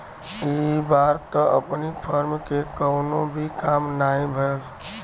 इ बार त अपनी फर्म के कवनो भी काम नाही भयल